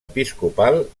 episcopal